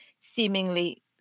seemingly